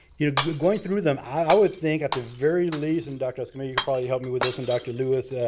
you know going through them, i would think, at the very least. and, doctor escamilla, you can probably help me with this. and doctor lewis.